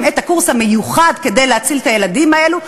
את הקורס המיוחד כדי להציל את הילדים האלה.